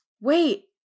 wait